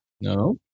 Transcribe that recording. No